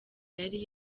yari